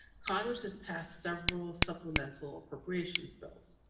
congress has passed several supplemental appropriations bills.